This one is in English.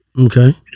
Okay